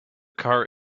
car